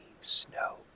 snow